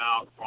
out